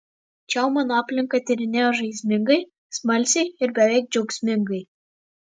čiau mano aplinką tyrinėjo žaismingai smalsiai ir beveik džiaugsmingai